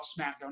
SmackDown